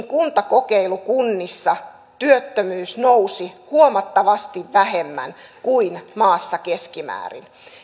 kuntakokeilukunnissa työttömyys nousi huomattavasti vähemmän kuin maassa keskimäärin